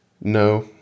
No